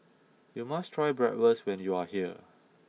you must try Bratwurst when you are here